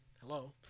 hello